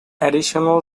additional